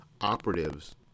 operatives